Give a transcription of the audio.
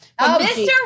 Mr